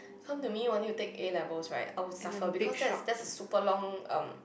come to me wanting to take A-levels right I will suffer because that's that's a super long um